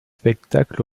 spectacles